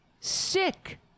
Sick